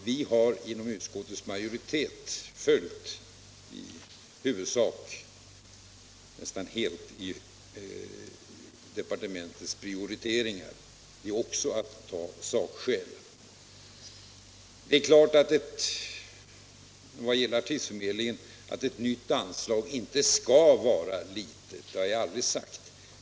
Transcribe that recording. Vi har inom utskottsmajoriteten följt i huvudsak — nästan helt — departementets prioriteringar. Det är också att ta sakskäl. När det gäller artistförmedlingen är det klart att ett nytt anslag inte skulle vara litet — det har jag aldrig sagt.